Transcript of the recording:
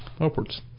upwards